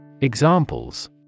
Examples